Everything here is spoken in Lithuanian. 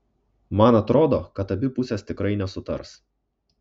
man atrodo kad abi pusės tikrai nesutars